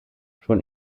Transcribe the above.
schon